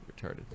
retarded